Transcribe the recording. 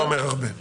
הוא לא אומר הרבה.